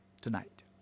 tonight